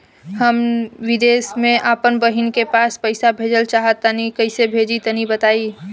हम विदेस मे आपन बहिन के पास पईसा भेजल चाहऽ तनि कईसे भेजि तनि बताई?